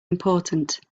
important